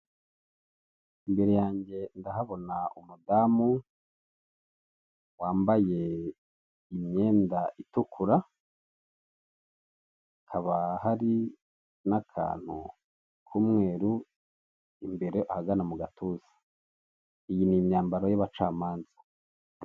Imbere yanjye ndahabona umudamu wambaye imyenda itukura hakaba hari n'akantu k'umweru imbere ahagana mu gatuza iyi ni imyambaro y'abacamanza.